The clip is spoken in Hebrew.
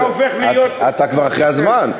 אתה הופך להיות, אתה כבר אחרי הזמן.